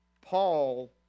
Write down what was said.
Paul